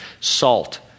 salt